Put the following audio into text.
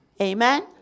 Amen